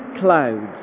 clouds